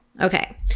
Okay